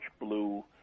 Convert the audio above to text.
blue